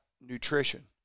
nutrition